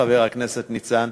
חבר הכנסת ניצן,